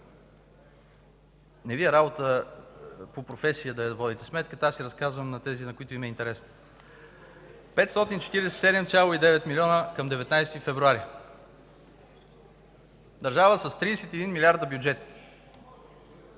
Не Ви е работа по професия да водите сметката. Разказвам за тези, на които им е интересно. 547,9 млн. лв. към 19 февруари. Държава с 31 милиарда бюджет